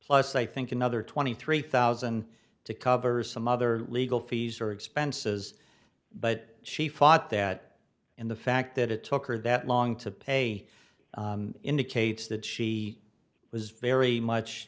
plus i think another twenty three thousand to cover some other legal fees or expenses but she fought that and the fact that it took her that long to pay indicates that she was very much